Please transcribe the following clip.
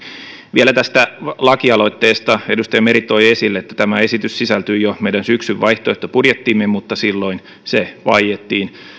vielä tästä lakialoitteesta edustaja meri toi esille että tämä esitys sisältyi jo meidän syksyn vaihtoehtobudjettiimme mutta silloin se vaiettiin